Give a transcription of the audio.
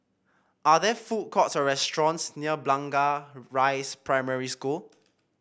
are there food courts or restaurants near Blangah Rise Primary School